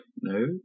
no